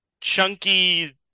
chunky